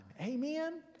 amen